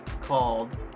called